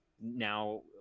now